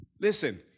Listen